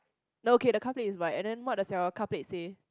no okay the car plate is white and then what does your car plate say